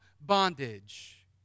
bondage